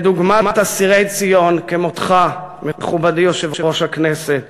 כדוגמת אסירי ציון, כמותך, מכובדי יושב-ראש הכנסת,